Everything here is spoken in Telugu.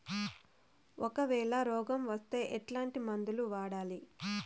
ఒకవేల రోగం వస్తే ఎట్లాంటి మందులు వాడాలి?